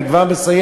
אני כבר מסיים.